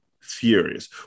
furious